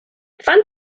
fan